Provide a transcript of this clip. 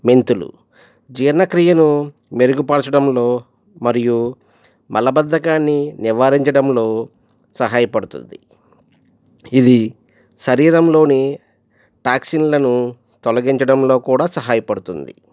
మెంతులు జీర్ణక్రియను మెరుగుపరచడంలో మరియు మలబద్దకాన్ని నివారించడంలో సహాయపడుతుంది ఇది శరీరంలోని టాక్సిన్లను తొలగించడంలో కూడా సహాయపడుతుంది